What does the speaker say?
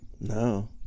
No